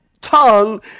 tongue